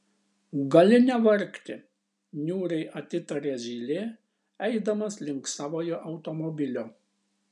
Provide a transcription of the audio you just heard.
gali nevargti niūriai atitarė zylė eidamas link savojo automobilio